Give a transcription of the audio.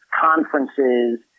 conferences